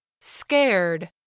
Scared